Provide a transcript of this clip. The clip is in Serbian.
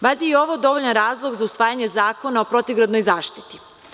Valjda je i ovo dovoljan razlog za usvajanje zakona o protivgradnoj zaštiti.